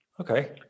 Okay